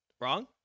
wrong